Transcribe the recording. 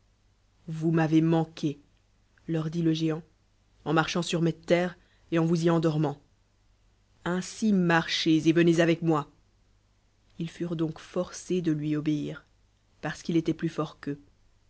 vous m'avez manqué lell dit le géant en mar chant siqr mes terres et en vousyen dormant ainsi marchez et venez avec moi ils furegi donc forcés de lui obéir x parce qu'il itoit plus forl qu'eux